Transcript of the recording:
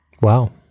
Wow